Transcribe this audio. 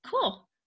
cool